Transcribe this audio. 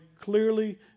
clearly